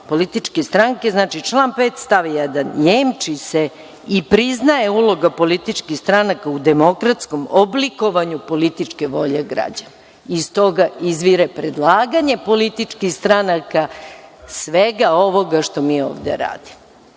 Političke stranke, znači član 5. stav 1. – jemči se i priznaje uloga političkih stranaka u demokratskom oblikovanju političke volje građana. Iz toga izvire predlaganje političkih stranaka svega ovoga što mi ovde radimo.